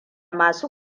masu